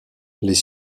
les